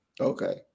Okay